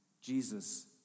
Jesus